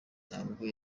ntabwo